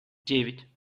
девять